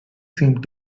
seemed